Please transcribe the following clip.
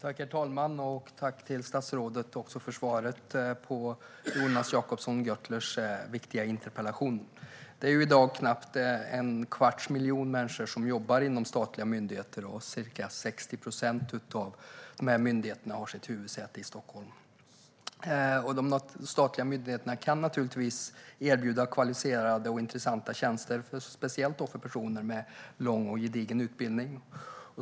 Herr talman! Tack, statsrådet, för svaret på Jonas Jacobsson Gjörtlers viktiga interpellation! Det är i dag knappt en kvarts miljon människor som jobbar inom statliga myndigheter, och ca 60 procent av myndigheterna har sitt huvudsäte i Stockholm. De statliga myndigheterna kan naturligtvis erbjuda kvalificerade och intressanta tjänster, speciellt till personer med lång och gedigen utbildning.